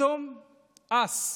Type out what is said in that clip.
פתאום הס,